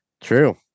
True